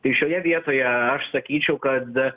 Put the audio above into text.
tai šioje vietoje aš sakyčiau kad